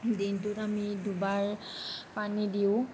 দিনটোত আমি দুবাৰ পানী দিওঁ